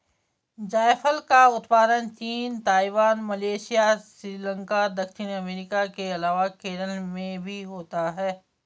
जायफल का उत्पादन चीन, ताइवान, मलेशिया, श्रीलंका, दक्षिण अमेरिका के अलावा केरल में भी होता है